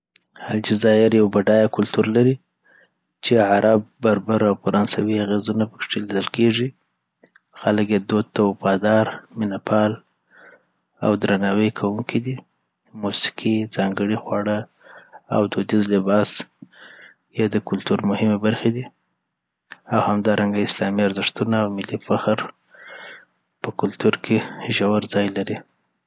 الجزایر یو بډایه کلتور لري چې عرب، بربر او فرانسوي اغېزونه پکښي لیدل کیږي خلک یې دود ته وفادار، مینه پال او درناوی کوونکي دي. موسیقي، ځانګړې خواړه، او دودیز لباس یی د کلتور مهمې برخې دي. او همدارنګه اسلامي ارزښتونه او ملي فخر په کلتور کې ژور ځای لري